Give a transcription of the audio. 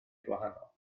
gwahanol